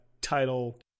title